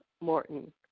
Morton